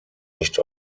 nicht